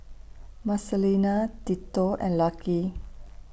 Marcelina Tito and Lucky